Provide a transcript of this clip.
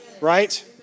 Right